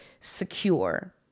secure